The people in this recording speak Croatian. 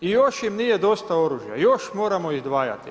I još im nije dosta oružja, još im moramo izdvajati.